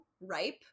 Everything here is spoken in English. ripe